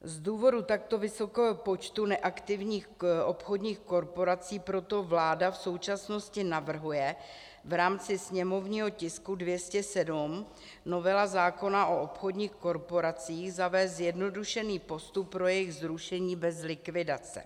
Z důvodu takto vysokého počtu neaktivních obchodních korporací proto vláda v současnosti navrhuje v rámci sněmovního tisku 207, novela zákona o obchodních korporacích, zavést zjednodušený postup pro jejich zrušení bez likvidace.